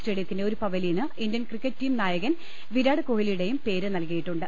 സ്റ്റേഡിയത്തിന്റെ ഒരു pavilion Indian cricket team നാകൻ വിരാട് കോഹ്ലിയുടെ പേരും നൽകിയിട്ടുണ്ട്